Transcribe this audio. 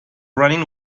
running